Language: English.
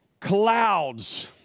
Clouds